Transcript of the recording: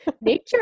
nature